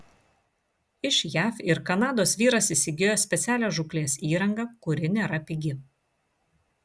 iš jav ir kanados vyras įsigijo specialią žūklės įrangą kuri nėra pigi